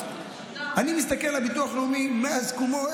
אני מסתכל על ביטוח לאומי מאז קומו.